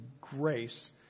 grace